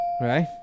Right